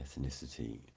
ethnicity